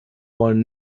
wollen